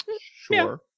Sure